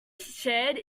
shared